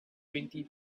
twenty